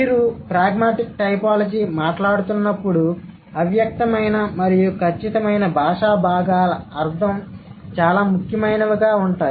మీరు pragmatic typology మాట్లాడుతున్నప్పుడు అవ్యక్తమైన మరియు ఖచ్చితమైన బాషా భాగాల అర్థం చాలా ముఖ్యమైనవిగా ఉంటాయి